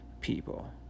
people